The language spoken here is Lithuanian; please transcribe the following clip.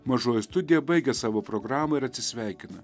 mažoji studija baigia savo programą ir atsisveikina